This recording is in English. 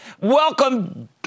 welcome